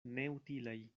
neutilaj